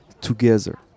together